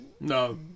No